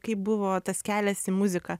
kaip buvo tas kelias į muziką